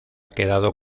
quedado